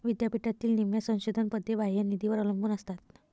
विद्यापीठातील निम्म्या संशोधन पदे बाह्य निधीवर अवलंबून असतात